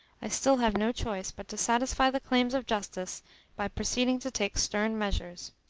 i still have no choice but to satisfy the claims of justice by proceeding to take stern measures.